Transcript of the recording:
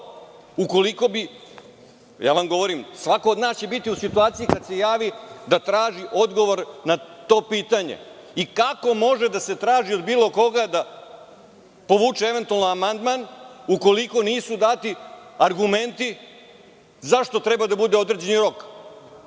Govorim vam, svako od nas će biti u situaciji kada se javi da traži odgovor na to pitanje i kako može da se traži od bilo koga da povuče eventualno amandman ukoliko nisu dati argumenti zašto treba da bude određeni rok,